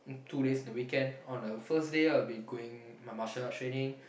two days in the weekend on the first day I'll be going my martial art training